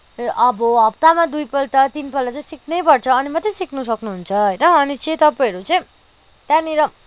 अब हप्तामा दुई पल्ट तिन पल्ट चाहिँ सिक्नै पर्छ अनि मात्रै सिक्न सक्नुहुन्छ होइन अनि चाहिँ तपाईँहरू चाहिँ त्यहाँनिर